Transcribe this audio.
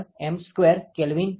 4 Wm2K છે